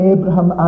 Abraham